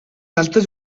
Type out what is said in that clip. алдаж